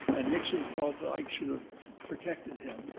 and nixon felt that ike should have protected him.